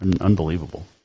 Unbelievable